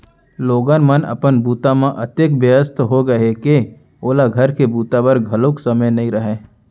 लोगन मन अपन बूता म अतेक बियस्त हो गय हें के ओला घर के बूता बर घलौ समे नइ रहय